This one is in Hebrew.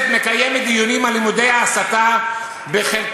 מקיימת דיונים על לימודי ההסתה בחלק